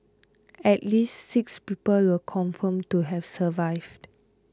at least six people were confirmed to have survived